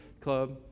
club